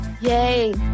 Yay